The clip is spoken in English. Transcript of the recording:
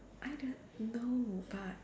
I don't know but